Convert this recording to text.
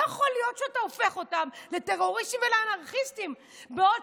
לא יכול להיות שאתה הופך אותם לטרוריסטים ולאנרכיסטים בעוד